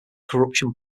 corruption